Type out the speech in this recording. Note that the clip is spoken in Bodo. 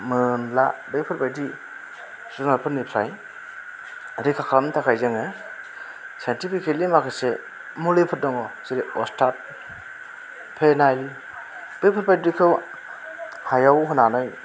मोनला बेफोरबायदि जुनाफोरनिफ्राइ रैखा खालामनो थाखाय जोङो साइनटिपिकिलि माखासे मुलिफोर दङ जेरै अस्टड फेनाइल बेफोरबायदिखौ हायाव होनानै